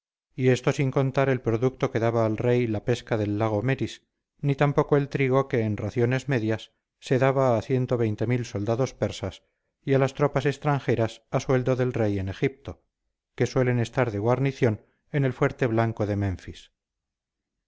y esto sin contar el producto que daba al rey la pesca del lago meris ni tampoco el trigo que en raciones medidas se daba a soldados persas y a las tropas extranjeras a sueldo del rey en egipto que suelen estar de guarnición en el fuerte blanco de menfis